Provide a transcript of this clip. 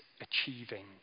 achieving